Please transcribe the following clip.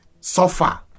suffer